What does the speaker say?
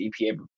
EPA